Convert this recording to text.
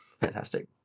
fantastic